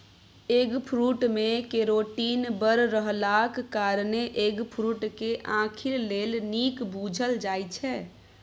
eggfruit मे carotene बड़ रहलाक कारणेँ एगफ्रुट केँ आंखि लेल नीक बुझल जाइ छै